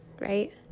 right